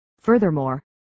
Furthermore